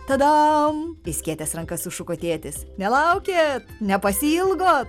tadam išskėtęs rankas sušuko tėtis nelaukėt nepasiilgot